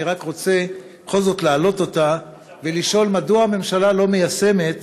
אני רק רוצה בכל זאת להעלות אותה ולשאול: מדוע הממשלה לא מיישמת